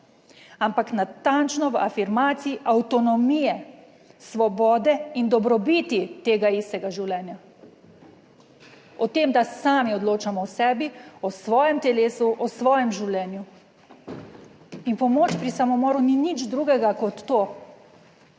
ampak natančno v afirmaciji avtonomije, svobode in dobrobiti tega istega življenja, o tem, da sami odločamo o sebi, o svojem telesu, o svojem življenju." In pomoč pri samomoru ni nič drugega kot to,